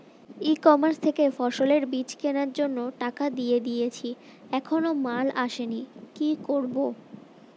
ই commerce থেকে ফসলের বীজ কেনার জন্য টাকা দিয়ে দিয়েছি এখনো মাল আসেনি কি করব?